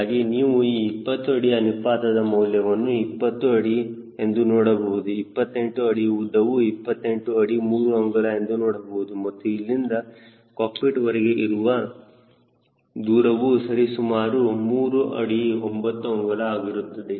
ಹೀಗಾಗಿ ನೀವು ಈ 20 ಅಡಿ ಅನುಪಾತದ ಮೌಲ್ಯವನ್ನು 20 ಅಡಿ ಎಂದು ನೋಡಬಹುದು 28 ಅಡಿ ಉದ್ದವು 28 ಅಡಿ 3 ಅಂಗುಲ ಎಂದು ನೋಡಬಹುದು ಮತ್ತು ಇಲ್ಲಿಂದ ಕಾಕ್ಪಿಟ್ ವರೆಗೆ ಇರುವ ದೂರವು ಸರಿಸುಮಾರು 3 ಅಡಿ 9 ಅಂಗುಲ ಆಗಿರುತ್ತದೆ